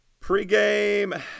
Pregame